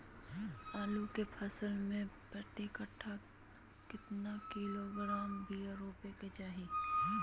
आलू के फसल में प्रति कट्ठा कितना किलोग्राम बिया रोपे के चाहि?